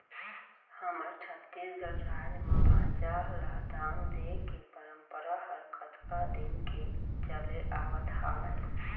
हमर छत्तीसगढ़ राज म भांचा ल दान देय के परपंरा ह कतका दिन के चले आवत हावय